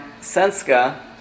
Senska